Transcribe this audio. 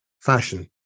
fashion